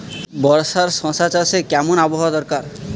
বর্ষার শশা চাষে কেমন আবহাওয়া দরকার?